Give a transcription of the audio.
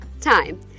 time